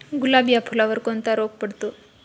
गुलाब या फुलावर कोणता रोग पडतो?